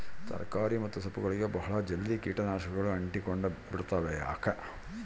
ತರಕಾರಿ ಮತ್ತು ಸೊಪ್ಪುಗಳಗೆ ಬಹಳ ಜಲ್ದಿ ಕೇಟ ನಾಶಕಗಳು ಅಂಟಿಕೊಂಡ ಬಿಡ್ತವಾ ಯಾಕೆ?